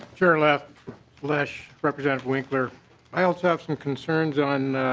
chair lesch lesch representative winkler i also have some concerns on